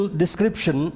description